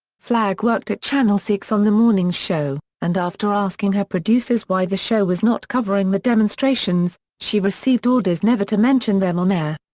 flagg worked at channel six on the morning show, and after asking her producers why the show was not covering the demonstrations, she received orders never to mention them on air.